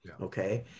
Okay